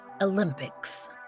Olympics